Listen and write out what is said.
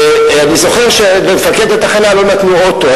אני זוכר שלמפקד התחנה לא נתנו אוטו,